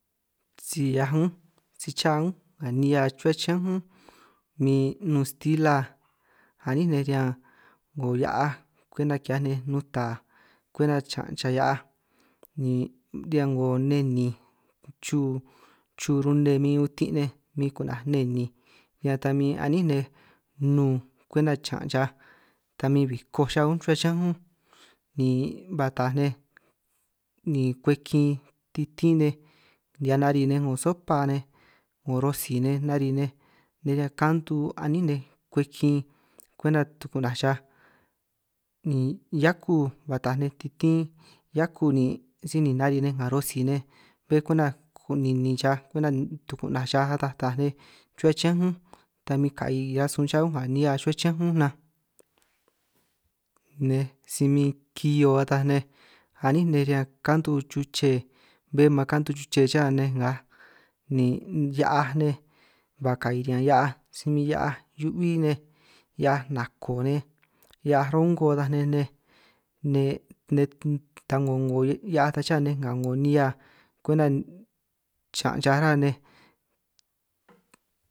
Si 'hiaj únj si chá únj nga nihia chuhua chiñán únj min nnun stila a'nín nej riñan 'ngo hia'aj kwenta ki'hia nej nuta, kwenta chiñan' cha hia'aj ni riñan 'ngo neninj chu chu runen min utin' nej, min ku'naj neninj riñan ta min a'nín nej nnun kwenta chiñan' chaj ta min bij koj xáa únj chruhua chiñanj únj, ba taaj nej ni kwej kin titín nej hiaj nari' nej 'ngo sopa nej 'ngo rosi nej nari nej riñan nej kantu a'nín nej kwej kin, kwenta tukunaj xaj ni hiakuj ba taaj nej titín hiakuj ni síj ni nari nej nga rosi nej, bé kwenta ninin chaj bé kwenta tukunaj chaj ataj taaj nej chuhua chiñán únj, ta min ka'i rasun cha únj nga nihia chuhua chiñánj únj nan, nej si min kihio ataj nej a'nín nej riñan kantu chuche bé man kantu chuche chaj nej ngaaj, ni hia'aj nej ba ka'i riñan hia'aj si min hia'aj hiu'bí nej, hia'aj nako nej, hia'aj rongo ata nej nej nej nej ta 'ngo 'ngo hia'aj ta chá nej, nga 'ngo nihia kwenta chiñan' chaj rá nej.